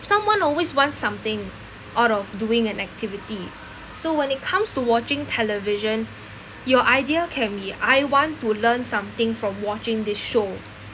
someone always wants something out of doing an activity so when it comes to watching television your idea can be I want to learn something from watching this show